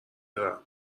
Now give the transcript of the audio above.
دارم